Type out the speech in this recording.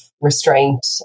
restraint